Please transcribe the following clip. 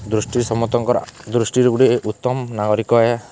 ଦୃଷ୍ଟି ସମସ୍ତଙ୍କର୍ ଦୃଷ୍ଟିରୁ ଗୁଟେ ଉତ୍ତମ୍ ନାଗରିକ ଏ